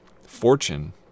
fortune